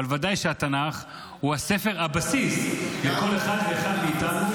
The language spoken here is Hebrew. אבל ודאי שהתנ"ך הוא ספר הבסיס לכל אחד ואחד מאיתנו.